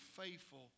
faithful